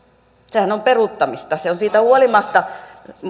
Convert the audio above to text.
sehän on peruuttamista siitä huolimatta